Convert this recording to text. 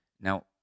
Now